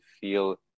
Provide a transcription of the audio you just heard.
feel